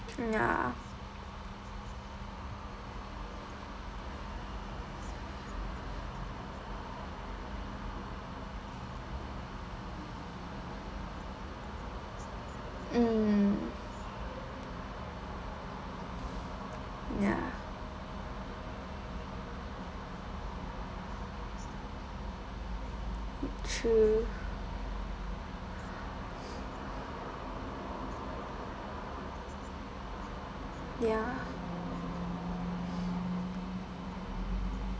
ya mm ya true ya